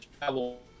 travel